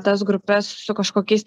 tas grupes su kažkokiais